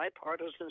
bipartisan